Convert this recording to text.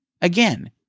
Again